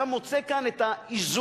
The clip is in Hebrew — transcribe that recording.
אתה מוצא כאן את האיזון,